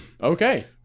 Okay